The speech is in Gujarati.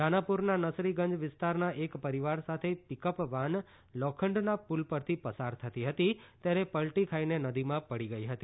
દાનાપુરના નસરીગંજ વિસ્તારના એક પરિવાર સાથે પિક અપ વાન લોખંડના પુલ પરથી પસાર થતી હતી ત્યારે પલટી ખાઇને નદીમાં પડી ગઈ હતી